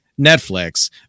Netflix